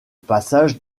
passage